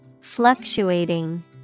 Fluctuating